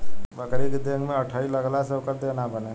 बकरी के देह में अठइ लगला से ओकर देह ना बने